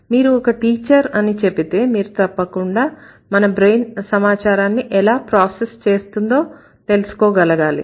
మీరు ఒక టీచర్ అని చెపితే మీరు తప్పకుండా మన బ్రెయిన్ సమాచారాన్ని ఎలా ప్రాసెస్ చేస్తుందో తెలుసుకోగలగాలి